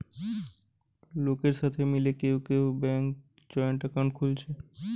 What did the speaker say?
লোকের সাথে মিলে কেউ কেউ ব্যাংকে জয়েন্ট একাউন্ট খুলছে